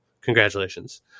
Congratulations